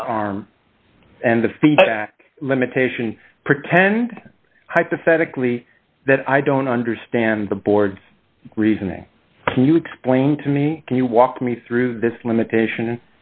arm and the feedback limitation pretend hypothetically that i don't understand the board's reasoning can you explain to me can you walk me through this limitation